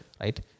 right